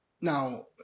Now